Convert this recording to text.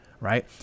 right